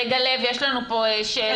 רגע, לב, יש לנו פה שאלה.